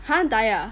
!huh! die ah